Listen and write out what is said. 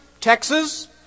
Texas